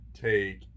take